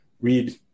read